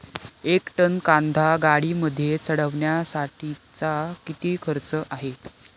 एक टन कांदा गाडीमध्ये चढवण्यासाठीचा किती खर्च आहे?